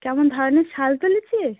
কেমন ধরনের শাল তুলেছি